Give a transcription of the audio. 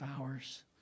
hours